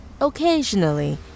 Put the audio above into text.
Occasionally